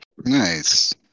Nice